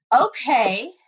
Okay